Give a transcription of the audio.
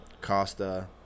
Costa